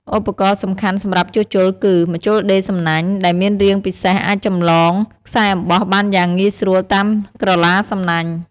ឧបករណ៍សំខាន់សម្រាប់ជួសជុលគឺ ម្ជុលដេរសំណាញ់ ដែលមានរាងពិសេសអាចចម្លងខ្សែអំបោះបានយ៉ាងងាយស្រួលតាមក្រឡាសំណាញ់។